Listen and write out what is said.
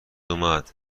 اومد